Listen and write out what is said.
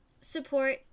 support